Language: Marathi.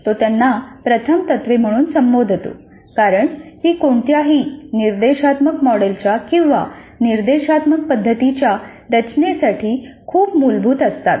तो त्यांना प्रथम तत्त्वे म्हणून संबोधतो कारण ती कोणत्याही निर्देशात्मक मॉडेलच्या किंवा निर्देशात्मक पद्धतीच्या रचनेसाठी खूप मूलभूत असतात